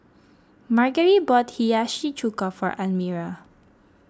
Margery bought Hiyashi Chuka for Almyra